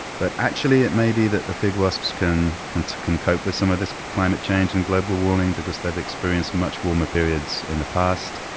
but, actually, it may be that the fig wasps can can so cope with some of this climate change and global warming because they've experienced much warmer periods in the past.